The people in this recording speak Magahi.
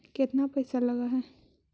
केतना पैसा लगय है?